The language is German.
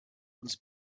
uns